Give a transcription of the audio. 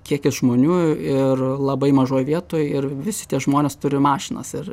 kiekis žmonių ir labai mažoj vietoj ir visi tie žmonės turi mašinas ir